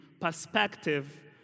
perspective